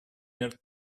мер